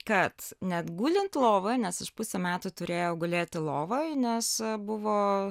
kad net gulint lovoj nes aš pusę metų turėjau gulėti lovoj nes buvo